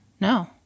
No